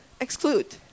exclude